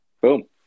Boom